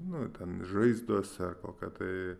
nu ten žaizdos ar kokia tai